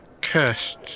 Cursed